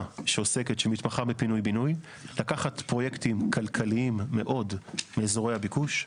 שמתמחה בפינוי בינוי לקחת פרויקטים כלכליים מאוד מאזורי הביקוש,